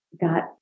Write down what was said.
got